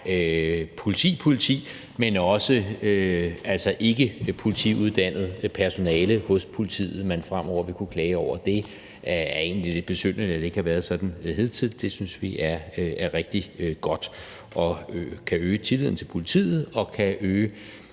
politiet selv , men også ikkepolitiuddannet personale hos politiet, man fremover vil kunne klage over. Det er egentlig lidt besynderligt, at det ikke har været sådan hidtil. Det synes vi er rigtig godt. Det kan øge tilliden til politiet og kan øge